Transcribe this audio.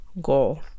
goal